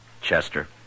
Chester